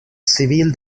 civil